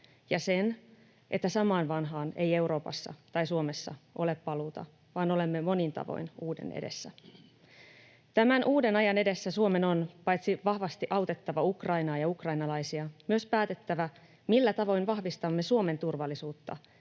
ja sen, että samaan vanhaan ei Euroopassa tai Suomessa ole paluuta vaan olemme monin tavoin uuden edessä. Tämän uuden ajan edessä Suomen on paitsi vahvasti autettava Ukrainaa ja ukrainalaisia myös päätettävä, millä tavoin vahvistamme Suomen turvallisuutta